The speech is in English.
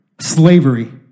slavery